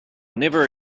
never